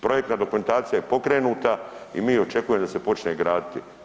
Projektna dokumentacija je pokrenuta i mi očekujemo da se počne graditi.